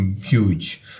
huge